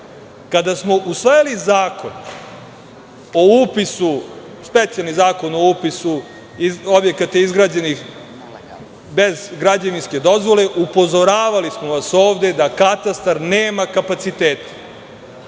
smo usvajali Zakon o upisu objekata izgrađenih bez građevinske dozvole, upozoravali smo vas ovde da katastar nema kapacitete.